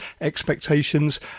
expectations